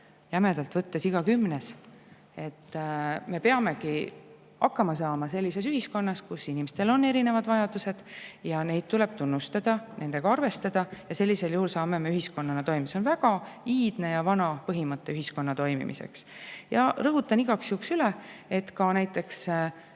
jämedalt võttes iga kümnes. Me peamegi hakkama saama sellises ühiskonnas, kus inimestel on erinevad vajadused, ja neid tuleb tunnustada, nendega arvestada. Sellisel juhul saame me ühiskonnana toimida. See on väga iidne ja vana põhimõte ühiskonna toimimiseks. Ja rõhutan igaks juhuks üle, et ka näiteks